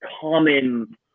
common